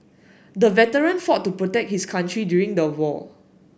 the veteran fought to protect his country during the war